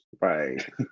Right